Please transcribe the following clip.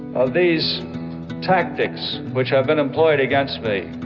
of these tactics which have been employed against me,